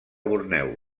borneo